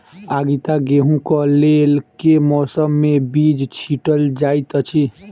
आगिता गेंहूँ कऽ लेल केँ मौसम मे बीज छिटल जाइत अछि?